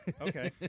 Okay